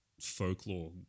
folklore